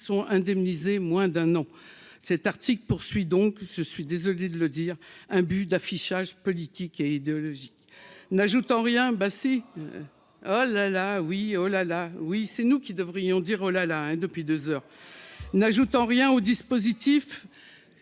sont indemnisés, moins d'un an cet article poursuit donc je suis désolé de le dire, un bug d'affichage politique et idéologique, n'ajoutant rien passé la la oui, oh la la, oui, c'est nous qui devrions dire oh là là, hein, depuis 2 heures n'ajoutant rien au dispositif